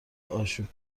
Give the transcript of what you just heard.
آشوب